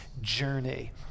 journey